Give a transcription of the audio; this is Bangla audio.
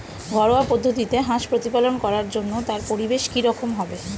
ঘরোয়া পদ্ধতিতে হাঁস প্রতিপালন করার জন্য তার পরিবেশ কী রকম হবে?